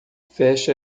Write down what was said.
feche